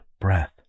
breath